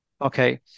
Okay